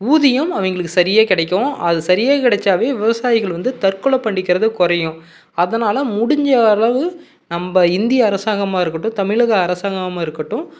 ஊதியம் அவங்களுக்கு சரியாக கிடைக்கும் அது சரியா கிடச்சாவே விவசாயிகள் வந்து தற்கொலைப் பண்ணிக்கிறது குறையும் அதனால் முடிஞ்ச அளவு நம்ம இந்திய அராசாங்கமாக இருக்கட்டும் தமிழக அரசாங்கமாக இருக்கட்டும்